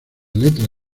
letra